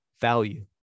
value